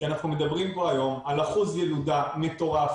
כי אנחנו מדברים פה היום על אחוז ילידה מטורף.